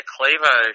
Clevo